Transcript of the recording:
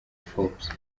forbes